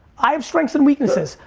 i have strengths and weaknesses.